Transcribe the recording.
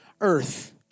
earth